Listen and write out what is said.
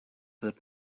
wird